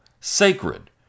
sacred